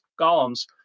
golems